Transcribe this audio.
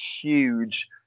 huge